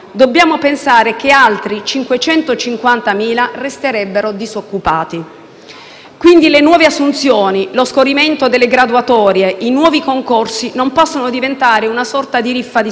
Ci attendiamo misure che riguardino il personale nelle strutture pubbliche e provvedimenti che riguardino il resto dell'economia del Sud, che non può essere solo aiuti sociali.